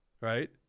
right